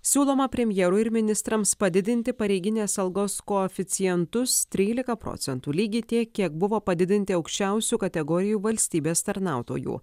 siūloma premjerui ir ministrams padidinti pareiginės algos koeficientus trylika procentų lygiai tiek kiek buvo padidinti aukščiausių kategorijų valstybės tarnautojų